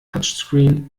touchscreen